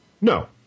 No